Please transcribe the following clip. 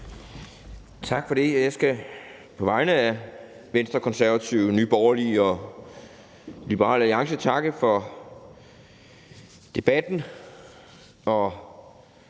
Tak for det. Jeg skal på vegne af Venstre, Konservative, Nye Borgerlige og Liberal Alliance takke for debatten og